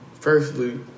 firstly